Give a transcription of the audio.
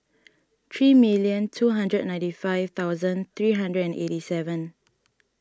three million two hundred ninety five thousand three hundred and eighty seven